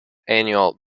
annual